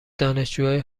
دانشجوهای